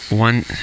One